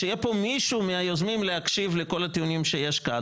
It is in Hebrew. שיהיה פה מישהו מהיוזמים להקשיב לכל הטיעונים שיש כאן.